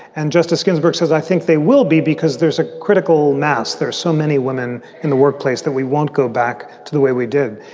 and justice ginsburg says, i think they will be because there's a critical mass. there's so many women in the workplace that we won't go back to the way we did.